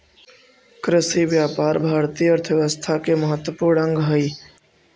कृषिव्यापार भारतीय अर्थव्यवस्था के महत्त्वपूर्ण अंग हइ